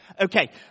Okay